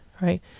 right